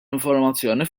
informazzjoni